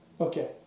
okay